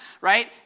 right